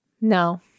no